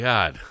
God